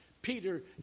Peter